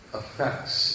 effects